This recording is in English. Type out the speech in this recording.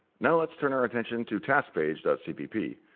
now let's turn our attention to task page dot cpp.